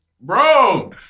Bro